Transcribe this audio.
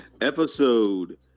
Episode